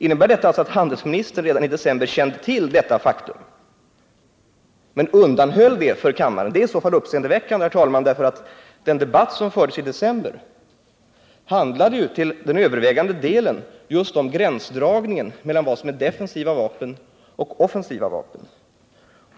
Innebär detta alltså att handelsministern redan i december kände till detta faktum men undanhöll det för kammaren? Det är i så fall uppseendeväckande, herr talman, därför att den debatt som fördes i december handlade ju till övervägande del om gränsdragningen mellan vad som är defensiva vapen och vad som är offensiva vapen.